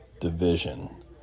division